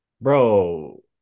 bro